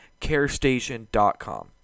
carestation.com